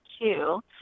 two